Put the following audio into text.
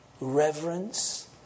reverence